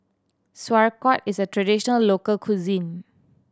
sauerkraut is a traditional local cuisine